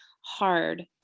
hard